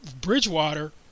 Bridgewater